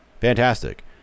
Fantastic